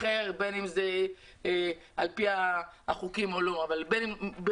בין אם זה על פי החוקים ובין אם לא.